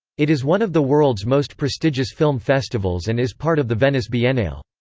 it is one of the world's most prestigious film festivals and is part of the venice biennale.